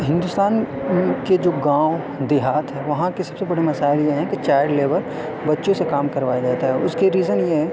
ہندوستان کے جو گاؤں دیہات ہیں وہاں کے سب سے بڑے مسائل یہ ہیں کہ چائلڈ لیبر بچوں سے کام کروایا جاتا ہے اس کے ریزن یہ ہیں